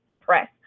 Press